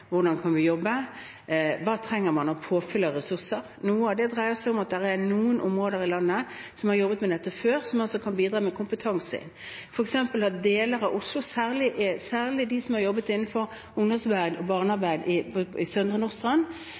kan jobbe, og hva man trenger av påfyll og ressurser. Noe av det dreier seg om at det er noen områder i landet som har jobbet med dette før, som altså kan bidra med kompetanse. For eksempel er man i deler av Oslo, særlig de som har jobbet innenfor ungdomsarbeid og barnearbeid i Søndre Nordstrand, veldig dyktige på